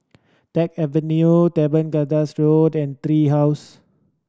Teck Avenue Teban Gardens Road and Tree House